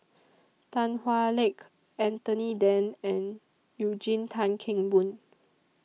Tan Hwa Luck Anthony Then and Eugene Tan Kheng Boon